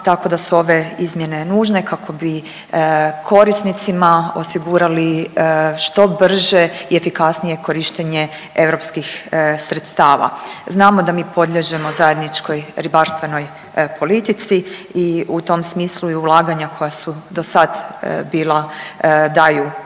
tako da su ove izmjene nužne kako bi korisnicima osigurali što brže i efikasnije korištenje europskih sredstava. Znamo da mi podliježemo Zajedničkoj ribarstvenoj politici i u tom smislu i ulaganja koja su do sad bila, daju